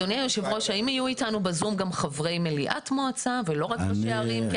האם יהיו איתנו ב-זום גם חברי מליאת מועצה ולא רק ראשי ערים?